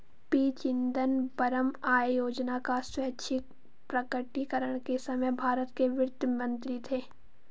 P Chidambaram आय योजना का स्वैच्छिक प्रकटीकरण के समय भारत के वित्त मंत्री थे